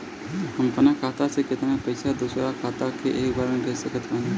हम अपना खाता से केतना पैसा दोसरा के खाता मे एक बार मे भेज सकत बानी?